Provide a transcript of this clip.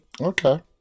Okay